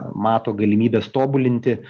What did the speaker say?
mato galimybes tobulinti